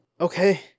Okay